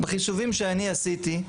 בחישובים שאני עשיתי,